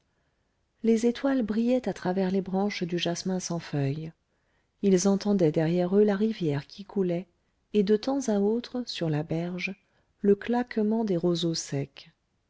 les étoiles brillaient à travers les branches du jasmin sans feuilles ils entendaient derrière eux la rivière qui coulait et de temps à autre sur la berge le claquement des roseaux secs